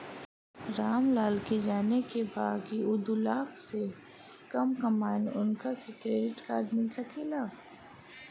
राम लाल के जाने के बा की ऊ दूलाख से कम कमायेन उनका के क्रेडिट कार्ड मिल सके ला?